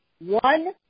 one